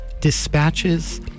Dispatches